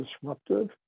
disruptive